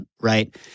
right